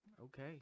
Okay